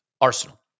Arsenal